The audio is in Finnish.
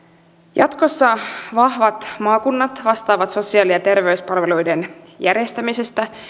jatkossa vahvat maakunnat vastaavat sosiaali ja terveyspalveluiden järjestämisestä